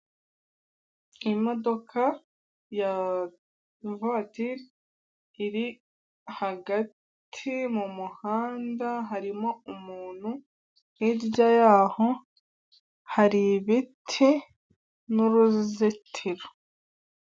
Imodoka ya vatire, iri hagati mu muhanda harimo umuntu, hirya y'aho hari ibiti n'uruzitiro.